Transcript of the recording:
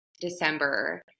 December